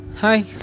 hi